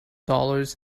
dollars